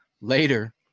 later